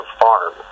farm